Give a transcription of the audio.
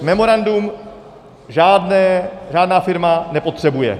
Memorandum žádná firma nepotřebuje.